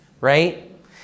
right